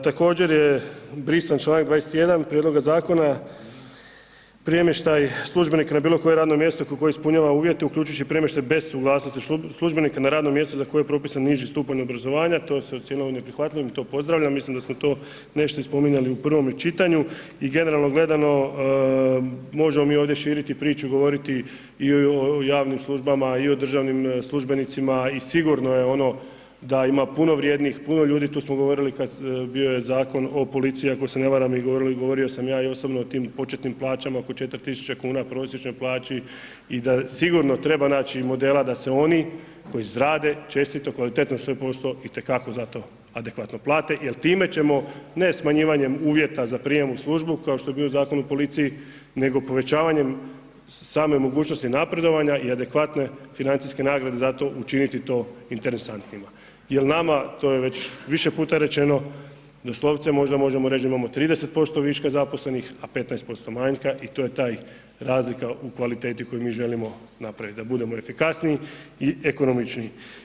Također je brisan članak 21. prijedloga zakona, premještaj službenika na bilokoje radno mjesto ukoliko ispunjava uvjete uključujući premještaj bez suglasnosti službenika na radno mjesto za koje je propisan niži stupanj obrazovanja, to se ocijenilo neprihvatljivim, to pozdravljam, mislim da ste to nešto i spominjali u prvome čitanju i generalno gledano, možemo mi ovdje širiti priču, govoriti i o javnim službama i o državnim službenicima i sigurno je ono da ima puno vrijednih, puno ljudi, tu smo govorili, bio je Zakon o policiji ako se ne varam i govorio sam ja i osobno o tim početnim plaćama oko 4000 kuna prosječnoj plaći i da sigurno treba naći modela da se oni koji rade čestito, kvalitetno svoj posao itekako zato adekvatno plate jer time ćemo ne smanjivanjem uvjeta za prijem službu kao što je bio Zakon o policiji nego povećavanjem same mogućnosti napredovanja i adekvatne financijske nagrade zato učiniti to interesantnijima jer nama to je već više puta rečeno, doslovce možda možemo reći da imamo 30% viška zaposlenih a 15% manjka i to je ta razlika u kvaliteti u kojoj mi želimo napraviti da budemo efikasniji i ekonomičniji.